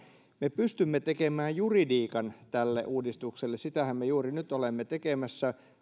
me pystymme tekemään juridiikan tälle uudistukselle sitähän me juuri nyt olemme tekemässä